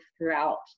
throughout